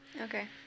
okay